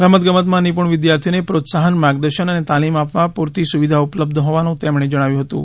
રમતગમતમાં નિપુણ વિદ્યાર્થીઓને પ્રોત્સાહન માર્ગદર્શન અને તાલીમ આપવા પૂરતી સુવિધા ઉપલબ્ધ હોવાનું તેમણે જણાવ્યુ હતું